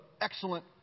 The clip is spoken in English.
excellent